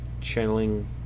channeling